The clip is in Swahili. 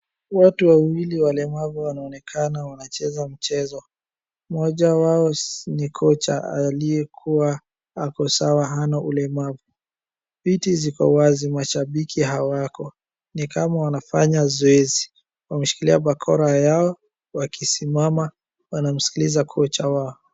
Watu wawili walemavu wanaonekana wanacheza mchezo. Moja wao ni kocha aliyekuwa ako sawa hana ulemavu. Viti ziko wazi, mashabiki hawako. Ni kama wanafanya zoezi. Wameshikilia bakora yao Wakisimama, wanamsikiliza kocha wao.